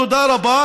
תודה רבה,